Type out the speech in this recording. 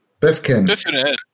Biffkin